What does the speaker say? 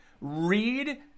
read